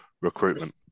recruitment